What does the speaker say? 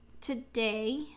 today